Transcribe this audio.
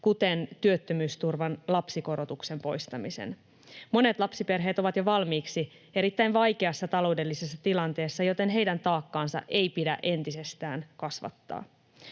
kuten työttömyysturvan lapsikorotuksen poistamisen. Monet lapsiperheet ovat jo valmiiksi erittäin vaikeassa taloudellisessa tilanteessa, joten heidän taakkaansa ei pidä entisestään kasvattaa.